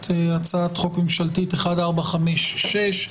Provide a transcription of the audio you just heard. התשפ"ב-2021, מ/1456.